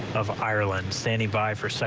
of ireland standing by for so